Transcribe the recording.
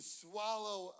swallow